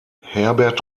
herbert